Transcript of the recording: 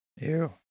Ew